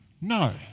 No